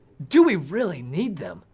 do we really need them?